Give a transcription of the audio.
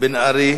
מיכאל בן-ארי.